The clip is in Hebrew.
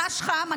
ד"ש חם.